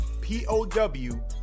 p-o-w